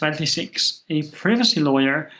twenty six, a privacy lawyer.